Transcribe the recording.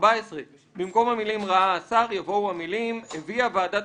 במקום המילים "ראה השר" יבואו המילים "הביאה ועדת